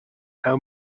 how